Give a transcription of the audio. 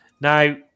Now